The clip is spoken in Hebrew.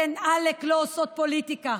אתן עלק לא עושות פוליטיקה.